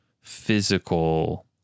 physical